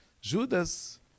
Judas